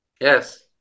Yes